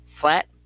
Flat